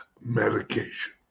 medication